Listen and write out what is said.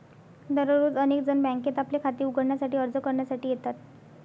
दररोज अनेक जण बँकेत आपले खाते उघडण्यासाठी अर्ज करण्यासाठी येतात